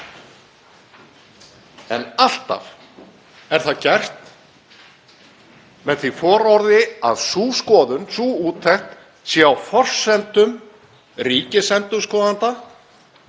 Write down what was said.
en alltaf er það gert með því fororði að sú skoðun, sú úttekt sé á forsendum ríkisendurskoðanda